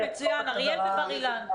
מצוין, אריאל ובר-אילן.